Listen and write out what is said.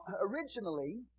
originally